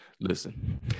listen